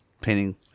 painting